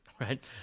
right